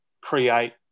create